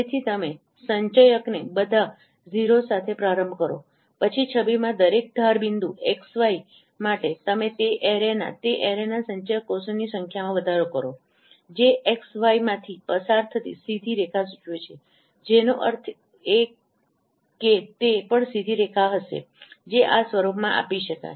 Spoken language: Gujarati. તેથી તમે સંચયકને બધા ઝીરો સાથે પ્રારંભ કરો પછી છબીમાં દરેક ધાર બિંદુ x y માટે તમે તે એરેના તે એરેના સંચયક કોષોની સંખ્યામાં વધારો કરો જે એક્સ વાય માંથી પસાર થતી સીધી રેખા સૂચવે છે જેનો અર્થ એ કે તે પણ સીધી રેખા હશે જે આ સ્વરૂપમાં આપી શકાય